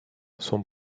son